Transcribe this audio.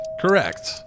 Correct